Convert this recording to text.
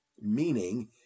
Meaning